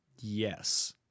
Yes